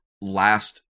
last